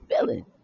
feeling